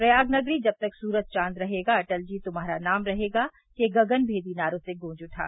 प्रयाग नगरी जब तक सुरज चांद रहेगा अटल जी तुम्हारा नाम रहेगा के गगन भेदी नारों से गूज उठा